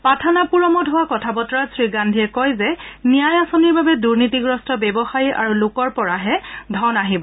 পাঠানাপুৰমত হোৱা কথা বতৰাত শ্ৰীগান্ধীয়ে কয় যে ন্যায় আঁচনিৰ বাবে দুৰ্নীতিগ্ৰস্ত ব্যৱসায়ী আৰু লোকৰ পৰা ধন আহিব